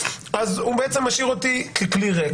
אז הוא בעצם משאיר אותי ככלי ריק.